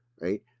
right